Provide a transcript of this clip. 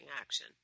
action